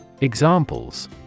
Examples